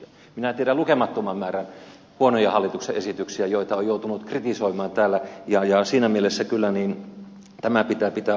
minä tiedän lukemattoman määrän huonoja hallituksen esityksiä joita on joutunut kritisoimaan täällä ja siinä mielessä kyllä tämä pitää pitää aina mielessä